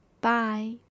bye